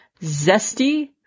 Zesty